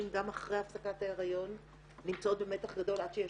גם אחרי הפסקת ההיריון נמצאות במתח גדול עד שיש